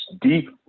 deep